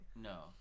No